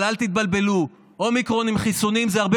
אבל אל תתבלבלו: אומיקרון עם חיסונים זה הרבה